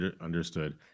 Understood